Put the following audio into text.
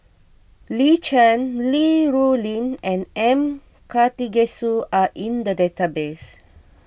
Lin Chen Li Rulin and M Karthigesu are in the database